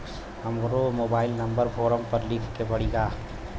हमरो mobile number form पर लिखे के पड़ी का?